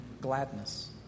gladness